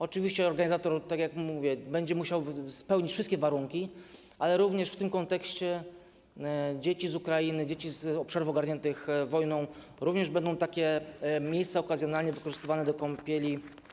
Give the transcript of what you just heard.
Oczywiście organizator, tak jak mówię, będzie musiał spełnić wszystkie warunki, ale również w kontekście dzieci z Ukrainy, dzieci z obszarów ogarniętych wojną, będzie mógł skorzystać z takich miejsc okazjonalnie wykorzystywanych do kąpieli.